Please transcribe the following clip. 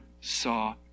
saw